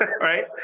right